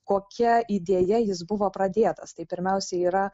kokia idėja jis buvo pradėtas tai pirmiausiai yra